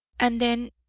and then,